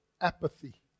apathy